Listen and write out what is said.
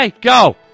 go